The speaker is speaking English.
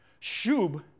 shub